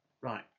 Right